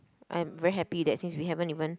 I'm very happy that since we haven't even